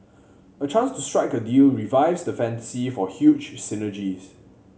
a chance to strike a deal revives the fantasy for huge synergies